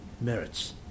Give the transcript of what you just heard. merits